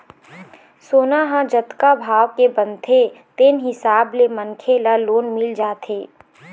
सोना ह जतका भाव के बनथे तेन हिसाब ले मनखे ल लोन मिल जाथे